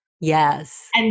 Yes